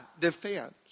defense